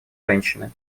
женщины